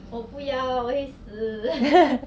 我不要我会死